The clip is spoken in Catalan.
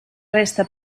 resta